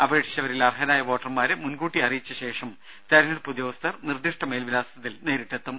അപേക്ഷിച്ചവരിൽ അർഹരായ വോട്ടർമാരെ മുൻകൂട്ടി അറിയിച്ച ശേഷം തെരഞ്ഞെടുപ്പ് ഉദ്യോഗസ്ഥർ നിർദിഷ്ട മേൽവിലാസത്തിൽ നേരിട്ടെത്തും